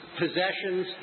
possessions